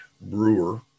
brewer